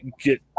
get